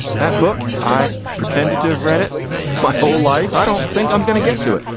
that book, i've pretended to have read it my whole life. i don't think i'm gonna get to it.